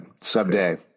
Someday